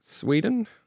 Sweden